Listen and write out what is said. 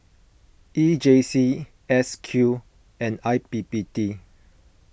E J C S Q and I P P T